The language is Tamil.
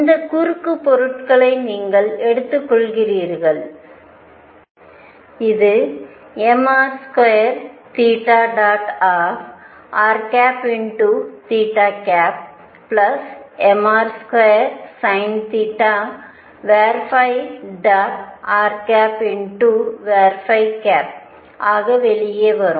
இந்த குறுக்கு பொருட்களை நீங்கள் எடுத்துக்கொள்கிறீர்கள் இது mr2r mr2sinθrஆக வெளியே வரும்